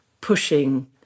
pushing